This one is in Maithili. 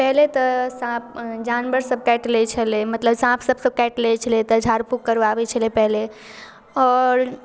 पहिले तऽ साँप जानवर सब काटि लै छलै मतलब साँप सब काटि लै छलै तऽ झाड़ फूँक करबाबै छलै पहिले आओर